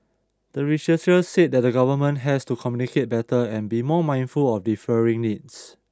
the researchers said that the Government has to communicate better and be more mindful of differing needs